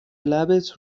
لبت